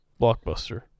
Blockbuster